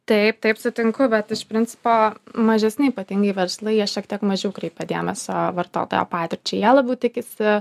taip taip sutinku bet iš principo mažesni ypatingai verslai jie šiek tiek mažiau kreipia dėmesio vartotojo patirčiai jie labiau tikisi